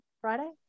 Friday